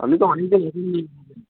আমি তো আমি তো নতুন